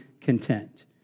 content